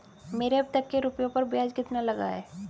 मेरे अब तक के रुपयों पर ब्याज कितना लगा है?